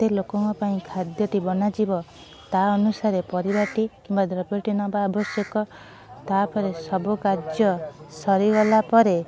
କେତେ ଲୋକଙ୍କ ପାଇଁ ଖାଦ୍ୟଟି ବନାଯିବ ତା ଅନୁସାରେ ପରିବାଟି କିମ୍ବା ଦ୍ରବ୍ୟଟି ନେବା ଆବଶ୍ୟକ ତାପରେ ସବୁ କାର୍ଯ୍ୟ ସରିଗଲା ପରେ